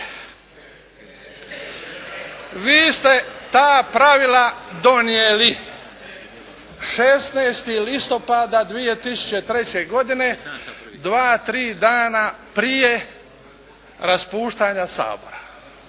Vi ste ta pravila donijeli 16. listopada 2003. godine dva, tri dana prije raspuštanja Sabora